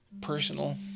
personal